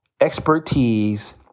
expertise